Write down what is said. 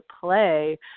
play